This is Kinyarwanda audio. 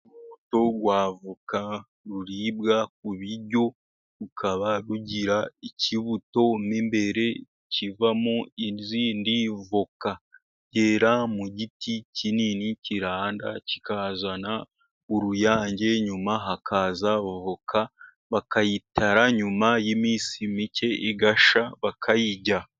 Urubuto rw’avoka, ruribwa ku biryo, rukaba rugira ikibuto mo imbere, kivamo izindi voka. Zera mu giti kinini, kiranda, kikazana uruyange. Nyuma hakaza voka, bakayitara, nyuma y’iminsi mike, igashya, bakayijya.